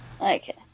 Okay